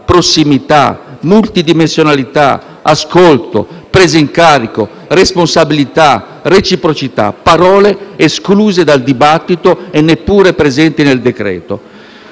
prossimità, multidimensionalità, ascolto, presa in carico, responsabilità, reciprocità, parole escluse dal dibattito e neppure presenti nel decreto.